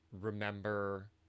Remember